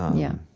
yeah,